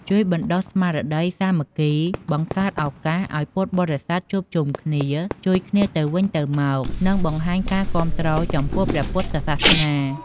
ជួយបណ្ដុះស្មារតីសាមគ្គី បង្កើតឱកាសឱ្យពុទ្ធបរិស័ទជួបជុំគ្នា ជួយគ្នាទៅវិញទៅមក និងបង្ហាញការគាំទ្រចំពោះព្រះពុទ្ធសាសនា។